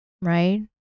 Right